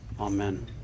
Amen